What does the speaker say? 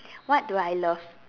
what do I love